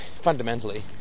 fundamentally